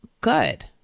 good